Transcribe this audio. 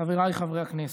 חבריי חברי הכנסת,